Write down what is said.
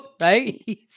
right